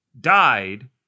died